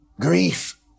grief